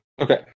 Okay